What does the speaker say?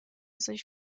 sich